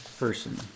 person